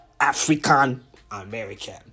African-American